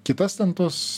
kitas ten tuos